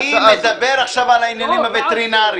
לא, אבל אני מדבר עכשיו על העניינים הווטרינריים.